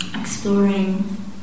exploring